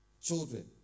children